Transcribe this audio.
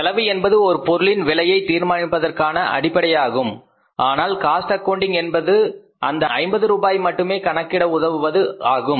செலவு என்பது ஒரு பொருளின் விலையை தீர்மானிப்பதற்கான அடிப்படையாகும் ஆனால் காஸ்ட் அக்கவுன்டிங் என்பது அந்த ஐம்பது ரூபாயை மட்டுமே கணக்கிட உதவுவது ஆகும்